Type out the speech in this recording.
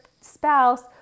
spouse